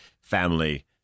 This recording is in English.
family